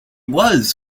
was